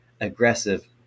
aggressive